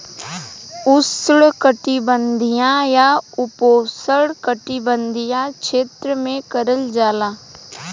उष्णकटिबंधीय या उपोष्णकटिबंधीय क्षेत्र में करल जाला